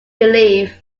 relief